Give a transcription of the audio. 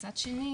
מצד שני,